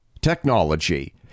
technology